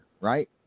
Right